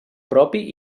propi